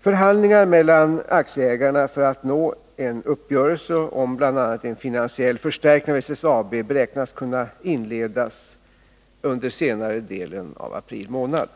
Förhandlingar mellan aktieägarna för att nå en uppgörelse om bl.a. en finansiell förstärkning av SSAB beräknas kunna inledas under senare delen av april månad.